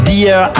Dear